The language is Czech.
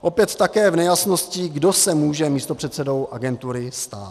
Opět je také nejasné, kdo se může místopředsedou agentury stát.